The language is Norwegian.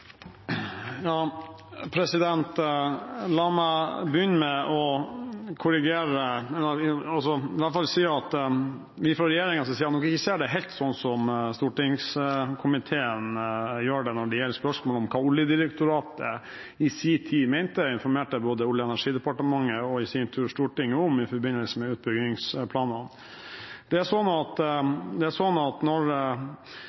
La meg begynne med å si at vi fra regjeringens side nok ikke ser det helt sånn som stortingskomiteen gjør det når det gjelder spørsmålet om hva Oljedirektoratet i sin tid mente og informerte både Olje- og energidepartementet og i sin tur Stortinget om i forbindelse med utbyggingsplanene. Da regjeringen Stoltenberg i sin tid anbefalte godkjenning av utbyggingsløsninger, var det etter anbefaling fra Oljedirektoratet, sånn at det